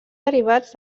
derivats